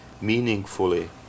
meaningfully